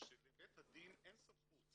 שלבית הדין אין סמכות